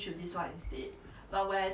so how much does that cost